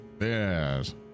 Yes